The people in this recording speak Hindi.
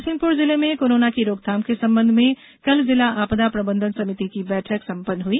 नरसिंहपुर जिले में कोरोना की रोकथाम के संबंध में कल जिला आपदा प्रबंधन समिति की बैठक सम्पन्न हई